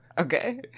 Okay